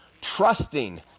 Trusting